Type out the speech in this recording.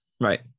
Right